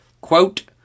quote